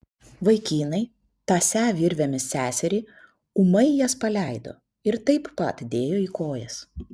vaikinai tąsę virvėmis seserį ūmai jas paleido ir taip pat dėjo į kojas